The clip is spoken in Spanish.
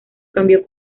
cambió